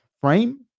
frame